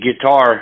guitar